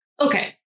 okay